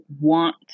want